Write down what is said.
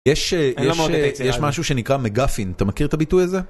יש משהו שנקרא מגפין, אתה מכיר את הביטוי הזה?